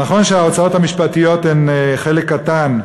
נכון שההוצאות המשפטיות הן חלק קטן,